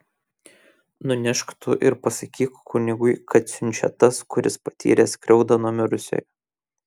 nunešk tu ir pasakyk kunigui kad siunčia tas kuris patyrė skriaudą nuo mirusiojo